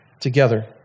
together